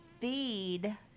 feed